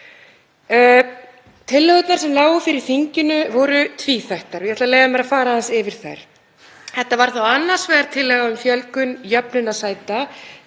Tillögurnar sem lágu fyrir þinginu voru tvíþættar og ég ætla að leyfa mér að fara aðeins yfir þær. Þetta var annars vegar tillaga um fjölgun jöfnunarsæta